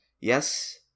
Yes